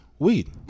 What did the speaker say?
Weed